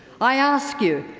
i ask you,